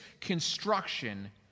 construction